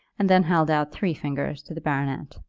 and then held out three fingers to the baronet.